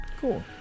Cool